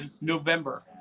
November